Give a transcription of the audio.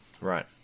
Right